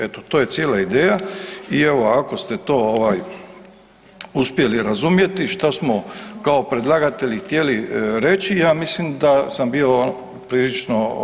Eto to je cijela ideja i evo ako ste to uspjeli razumjeti što smo kao predlagatelji htjeli reći, ja mislim da sam bio prilično jasan.